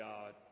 God